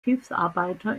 hilfsarbeiter